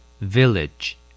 Village